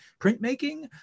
printmaking